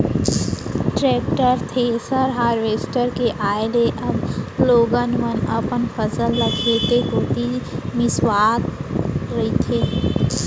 tractor, thresher, harvester के आए ले अब लोगन मन अपन फसल ल खेते कोइत मिंसवा डारथें